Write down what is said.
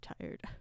tired